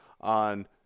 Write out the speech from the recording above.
on –